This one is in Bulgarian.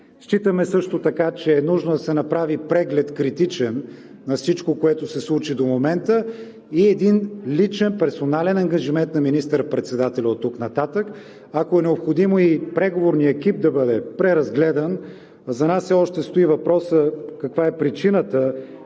Считаме също така, че е нужно да се направи критичен преглед на всичко, което се случи до момента, и един личен, персонален ангажимент на министър-председателя оттук нататък. Ако е необходимо, и преговорният екип да бъде преразгледан. За нас все още стои въпросът каква е причината